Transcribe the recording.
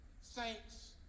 saints